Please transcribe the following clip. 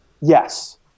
yes